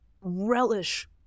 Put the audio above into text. relish